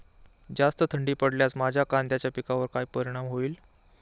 जास्त थंडी पडल्यास माझ्या कांद्याच्या पिकावर काय परिणाम होईल?